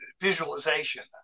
visualization